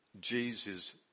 Jesus